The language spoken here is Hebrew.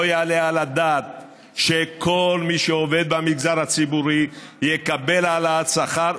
לא יעלה על הדעת שכל מי שעובד במגזר הציבורי יקבל העלאת שכר,